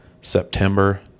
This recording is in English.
September